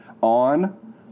on